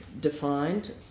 defined